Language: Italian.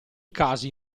casi